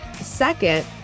Second